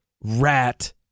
Rat